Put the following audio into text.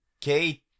Kate